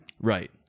right